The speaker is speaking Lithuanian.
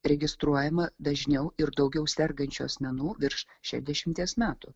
registruojama dažniau ir daugiau sergančių asmenų virš šešiasdešimties metų